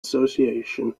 association